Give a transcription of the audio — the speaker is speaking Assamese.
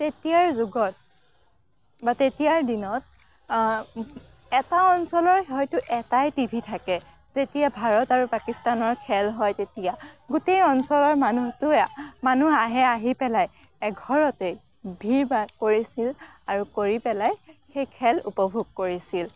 তেতিয়াৰ যুগত বা তেতিয়াৰ দিনত এটা অঞ্চলত হয়তো এটাই টি ভি থাকে যেতিয়া ভাৰত আৰু পাকিস্তানৰ খেল হয় তেতিয়া গোটেই অঞ্চলৰ মানুহটো মানুহ আহে আহি পেলাই এঘৰতেই ভিৰ বা কৰিছিল আৰু কৰি পেলাই সেই খেল উপভোগ কৰিছিল